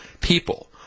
people